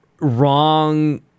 wrong